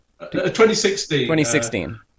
2016